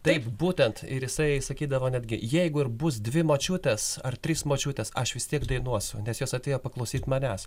taip būtent ir jisai sakydavo netgi jeigu ir bus dvi močiutės ar trys močiutės aš vis tiek dainuosiu nes jos atėjo paklausyt manęs